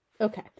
Okay